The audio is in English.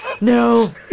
No